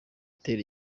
itera